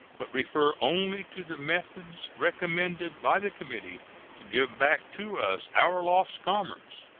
but refer only to the methods recommended by the committee to give back to us our lost commerce.